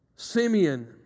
Simeon